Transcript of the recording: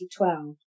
2012